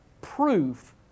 proof